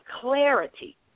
clarity